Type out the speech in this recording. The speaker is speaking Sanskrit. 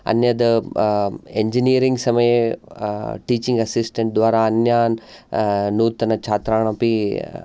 अन्यद् एञ्जिनियरिङ्ग् समये टीचिङ्ग् असिस्टेंट् द्वारा अन्यान् नूतानछात्रानपि